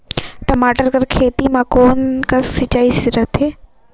टमाटर कर खेती म कोन कस सिंचाई सुघ्घर रथे?